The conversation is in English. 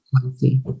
healthy